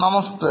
നമസ്തേ